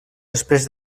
després